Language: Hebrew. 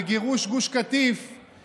בגירוש גוש קטיף,